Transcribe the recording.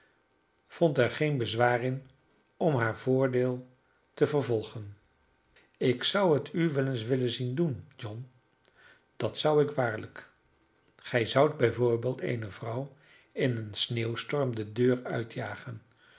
vond er geen bezwaar in om haar voordeel te vervolgen ik zou het u wel eens willen zien doen john dat zou ik waarlijk gij zoudt bijvoorbeeld eene vrouw in een sneeuwstorm de deur uitjagen